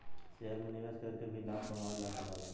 share में निवेश करके भी लाभ कमावल जा सकला